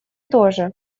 тоже